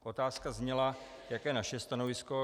Otázka zněla, jaké je naše stanovisko.